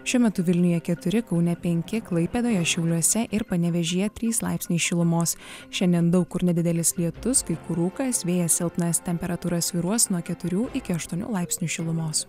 šiuo metu vilniuje keturi kaune penki klaipėdoje šiauliuose ir panevėžyje trys laipsniai šilumos šiandien daug kur nedidelis lietus kai kur rūkas vėjas silpnas temperatūra svyruos nuo keturių iki aštuonių laipsnių šilumos